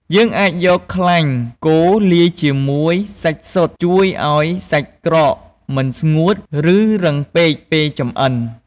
យើងអាចយក ខ្លាញ់គោលាយជាមួយសាច់សុទ្ធ ជួយឱ្យសាច់ក្រកមិនស្ងួត ឬរឹងពេកពេលចម្អិន។